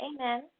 Amen